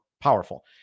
powerful